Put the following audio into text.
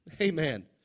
Amen